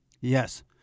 Yes